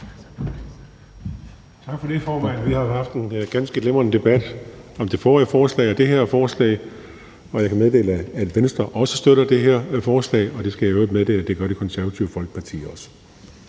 Tak for det, formand. Vi har haft en ganske glimrende debat om det forrige forslag og det her forslag. Og jeg kan meddele, at Venstre også støtter det her forslag, og det skal jeg i øvrigt meddele at Det Konservative Folkeparti også